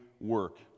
work